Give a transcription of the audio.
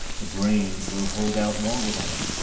the brain will hold out longer than it,